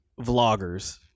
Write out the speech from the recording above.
vloggers